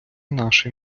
наше